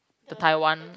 the Taiwan